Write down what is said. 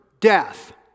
death